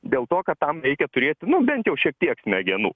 dėl to kad tam reikia turėti nu bent jau šiek tiek smegenų